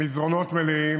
המסדרונות מלאים,